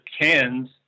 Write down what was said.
cans